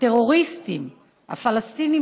הטרוריסטים הפלסטינים,